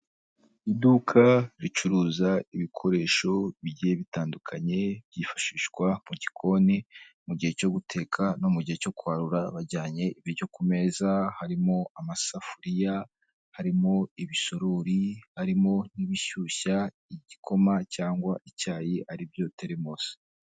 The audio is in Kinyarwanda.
Iduka ricuruza ibikoresho bigiye bitandukanye byifashishwa mu gikoni mu gihe cyo guteka no mu gihe cyo kwarura bajyanye ibiryo ku meza. Harimo amasafuriya, harimo ibisurori, harimo n'ibishyushya igikoma cyangwa icyayi ari byo teremusi.